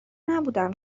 نبودم